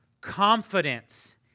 Confidence